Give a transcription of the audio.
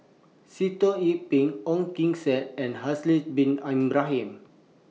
Sitoh Yih Pin Ong Kim Seng and Haslir Bin Ibrahim